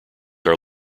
are